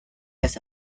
this